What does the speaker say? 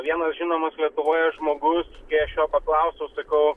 vienas žinomas lietuvoje žmogus kai aš jo paklausiau sakau